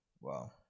wow